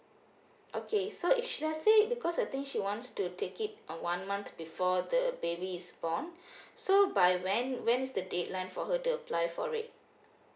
okay so if let's say because I think she wants to take it uh one month before the baby is born so by when when is the dateline for her to apply for it